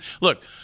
Look